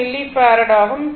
5 millifarad ஆகும்